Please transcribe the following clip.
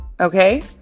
okay